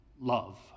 love